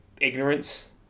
ignorance